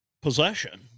possession